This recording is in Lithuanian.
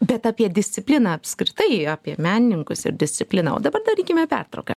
bet apie discipliną apskritai apie menininkus ir discipliną o dabar darykime pertrauką